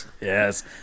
yes